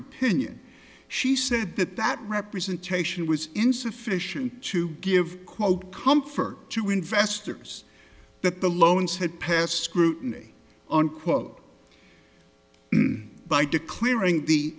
opinion she said that that representation was insufficient to give comfort to investors that the loans had passed scrutiny unquote by declaring the